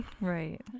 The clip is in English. Right